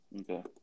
Okay